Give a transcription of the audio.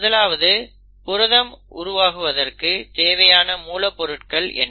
முதலாவது புரதம் உருவாக்குவதற்கு தேவையான மூலப்பொருள்கள் என்ன